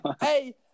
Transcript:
Hey